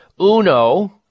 Uno